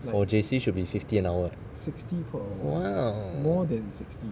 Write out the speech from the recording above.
for J_C should be fifty an hour eh !wow!